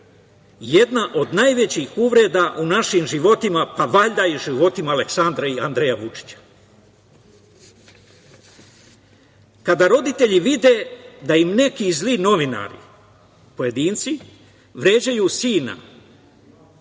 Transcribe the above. jedna od najvećih uvreda u našim životima, pa valjda i u životima Aleksandra i Andreja Vučića. Kada roditelji vide da im neki zli novinari, pojedinci, vređaju sina,